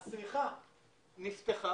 כדי שתעשה בדיקה מקיפה על כל האסדה.